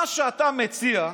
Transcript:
"מה שאתה מציע,